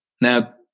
Now